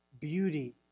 beauty